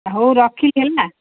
ହଉ ରଖିଲି ହେଲା